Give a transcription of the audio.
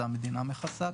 זה המדינה מכסה,